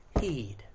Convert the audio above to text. heed